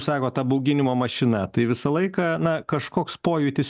sakot ta bauginimo mašina tai visą laiką na kažkoks pojūtis